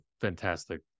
fantastic